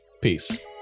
peace